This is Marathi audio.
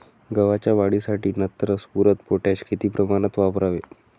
गव्हाच्या वाढीसाठी नत्र, स्फुरद, पोटॅश किती प्रमाणात वापरावे?